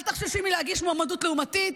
אל תחששי מלהגיש מועמדות לעומתית.